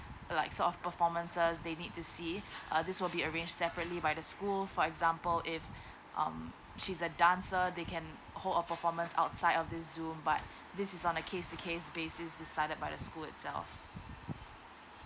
like sort of performances they need to see uh this will be arranged separately by the school for example if um she's a dancer they can hold a performance outside of the zoom but this is on a case to case basis decided by the school itself